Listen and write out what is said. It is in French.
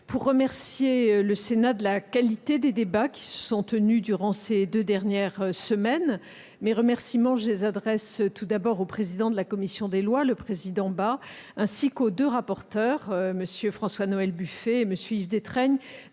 pour remercier le Sénat de la qualité des débats qui se sont tenus durant ces deux dernières semaines. J'adresse ces remerciements tout d'abord au président de la commission des lois, M. Philippe Bas ainsi qu'aux deux corapporteurs, MM. François-Noël Buffet et Yves Détraigne,